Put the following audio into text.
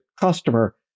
customer